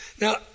Now